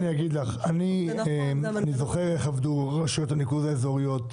אני אגיד לך: אני זוכר איך עבדו רשויות הניקוז האזוריות,